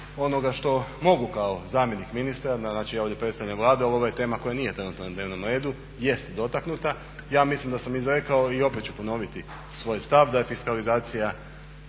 onoga što mogu kao zamjenik ministra, znači ja ovdje predstavljam Vladu ali ovo je tema koja nije trenutno na dnevnom redu. Jest dotaknuta. Ja mislim da sam izrekao i opet ću ponoviti stav da je fiskalizacija